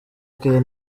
care